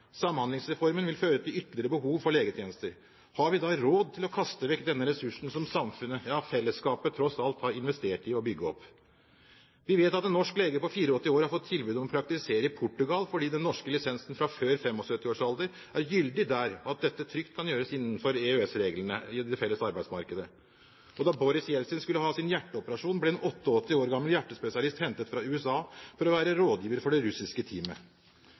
Samhandlingsreformen vil føre til ytterligere behov for legetjenester. Har vi da råd til å kaste vekk denne ressursen som samfunnet – ja, fellesskapet – tross alt har investert i å bygge opp? Vi vet at en norsk lege på 84 år har fått tilbud om å praktisere i Portugal fordi den norske lisensen fra før 75-års alder er gyldig der, og at dette trygt kan gjøres innenfor EØS-reglene om det felles arbeidsmarkedet. Da Boris Jeltsin skulle ha sin hjerteoperasjon, ble en 88 år gammel hjertespesialist hentet fra USA for å være rådgiver for det russiske